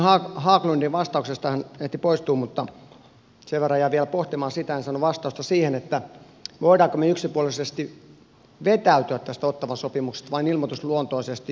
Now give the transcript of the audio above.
hän ehti poistua mutta sen verran jäin vielä pohtimaan sitä en saanut vastausta siihen voimmeko me yksipuolisesti vetäytyä tästä ottawan sopimuksesta vain ilmoitusluontoisesti